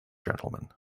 gentlemen